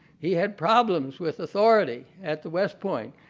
he had problems with authority at the west point.